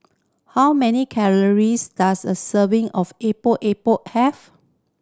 how many calories does a serving of Epok Epok have